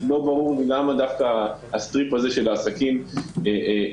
לא ברור למה דווקא החלק הזה של העסקים נענש.